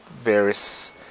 various